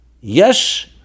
Yes